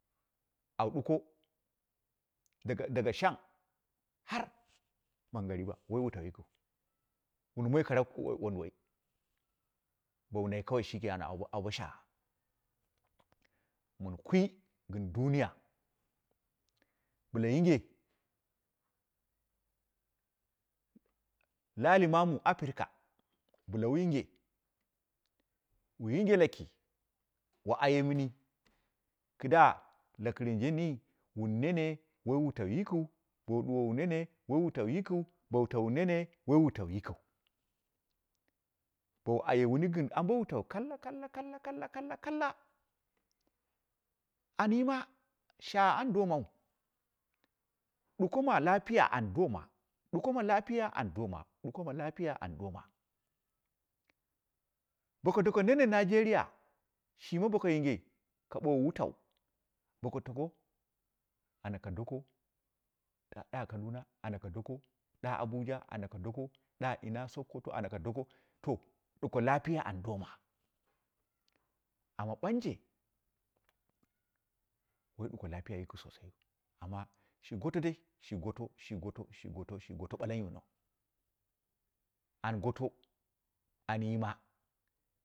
U duko daga daga shang har mangori ba woi wutau yikiu wu maigoro wonduwoi bowu nai kawai shi kenan au bo shaagha. Mɨn kwi gɨn duniya bɨla yinge, la ali maamu africa bɨla wu yinge wu yinge laki wu yinge wu yinge laki wu ayemɨni kɨdda lakirinjeni wun nene woi wutau yikiu bowu ɗuwowu nene woi wutau yikiu, bowu tau nene, woi wutau yikiu. Bowu ayewuni gɨn ambo wutau kalla, kalla, kalla, kalla, kalla, kalla, anyima shaagha an domau, ɗuko ma lafiya an doma, ɗuko ma lafiya an doma, ɗuko ma lafiya an doma. Boko doko nene nigeria shima boko yinge ka ɓoowu wutau boko tako ana ka doko taa ɗa kaduna, ana ka doko ɗa abuja, ana ka doko ɗa ina, sokoto, ana ka doko to ɗuko lafiya an doma. Amma ɓanje woi ɗuko lafiya yiki sosaiyu amma she goto dai, she goto, she goto, she goto, she goto ɓala yoono an goto an yima.